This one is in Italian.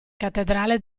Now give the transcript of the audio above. cattedrale